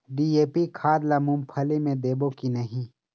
DAP खाद ला मुंगफली मे देबो की नहीं?